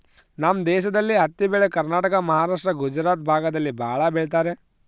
ನಮ್ ದೇಶದಲ್ಲಿ ಹತ್ತಿ ಬೆಳೆ ಕರ್ನಾಟಕ ಮಹಾರಾಷ್ಟ್ರ ಗುಜರಾತ್ ಭಾಗದಲ್ಲಿ ಭಾಳ ಬೆಳಿತರೆ